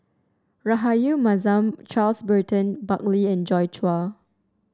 Rahayu Mahzam Charles Burton Buckley and Joi Chua